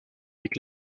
avec